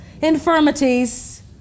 infirmities